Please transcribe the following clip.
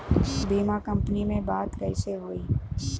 बीमा कंपनी में बात कइसे होई?